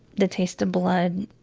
the taste of blood.